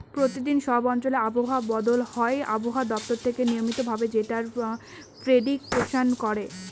প্রতিদিন সব অঞ্চলে আবহাওয়া বদল হয় আবহাওয়া দপ্তর থেকে নিয়মিত ভাবে যেটার প্রেডিকশন করে